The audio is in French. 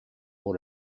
pour